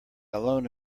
alone